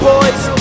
Boys